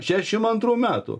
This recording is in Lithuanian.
šešim antrų metų